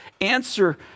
answer